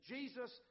Jesus